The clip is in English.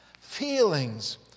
Feelings